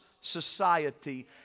society